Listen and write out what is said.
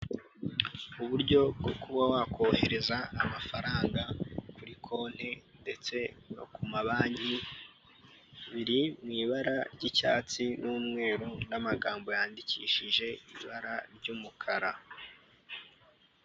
Uburyo bwo kuba wakohereza amafaranga kuri konti ndetse no ku mabanki biri mu ibara ry'icyatsi n'umweru n'amagambo yandikishije ibara ry'umukara.